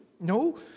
No